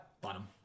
bottom